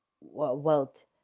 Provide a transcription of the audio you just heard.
wealth